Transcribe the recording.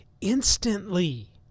instantly